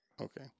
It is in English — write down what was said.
Okay